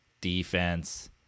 defense